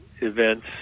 events